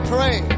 Pray